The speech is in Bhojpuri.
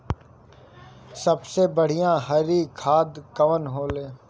सबसे बढ़िया हरी खाद कवन होले?